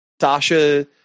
Sasha